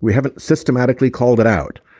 we haven't systematically called it out.